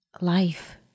life